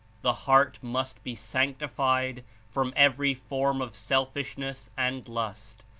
the heart must be sanctified from every form of selfish ness and lust,